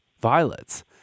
violets